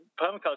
permaculture